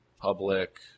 public